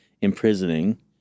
imprisoning